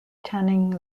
tanning